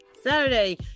Saturday